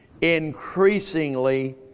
increasingly